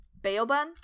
Baobun